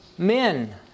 Men